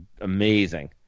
amazing